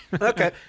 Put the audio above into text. Okay